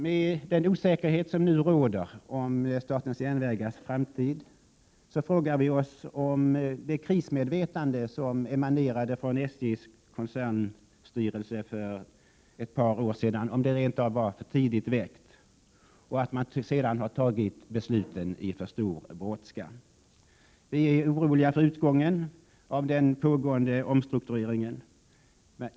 Med den osäkerhet som nu råder om statens järnvägars framtid frågar vi oss om det krismedvetande som emanerade från SJ:s koncernstyrelse för ett par år sedan rent av var för tidigt väckt och att man sedan har fattat besluten i för stor brådska. Vi är oroliga för utgången av den pågående omstruktureringen.